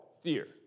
fear